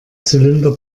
zylinder